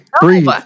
Breathe